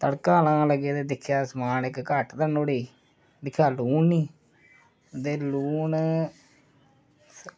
ते तड़का लान लगे ते दिक्खेआ इक्क समान घट्ट था नुहाड़े ई दिक्खेआ लून निं ते लून